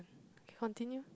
okay continue